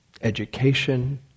education